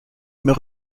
mir